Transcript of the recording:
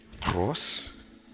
Cross